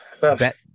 bet